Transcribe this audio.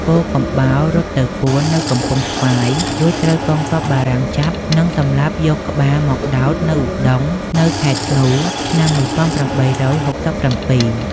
ពោធិកំបោររត់ទៅពួននៅកំពង់ស្វាយ រួចត្រូវកងទ័ពបារាំងចាប់ និងសម្លាប់យកក្បាលមកដោតនៅឧដុង្គនៅខែធ្នូ ឆ្នាំ ១៨៦៧។